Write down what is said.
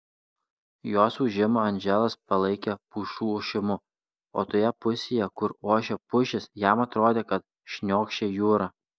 jos ūžimą andželas palaikė pušų ošimu o toje pusėje kur ošė pušys jam atrodė kad šniokščia jūra